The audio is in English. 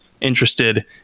interested